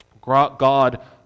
God